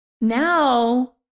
Now